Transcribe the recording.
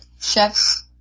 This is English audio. chefs